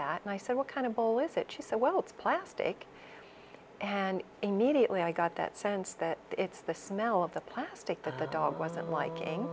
that and i said what kind of bowl is it she said well it's plastic and immediately i got that sense that it's the smell of the plastic that the dog wasn't liking